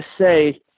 say